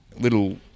little